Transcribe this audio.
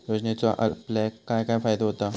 योजनेचो आपल्याक काय काय फायदो होता?